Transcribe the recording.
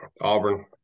Auburn